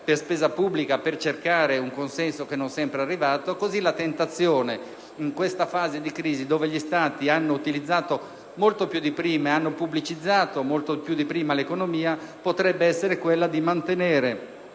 per la spesa pubblica al fine di cercare un consenso che non sempre è arrivato, così la tentazione in questa fase di crisi, dove gli Stati hanno utilizzato e pubblicizzato molto più di prima l'economia, potrebbe essere quella di mantenere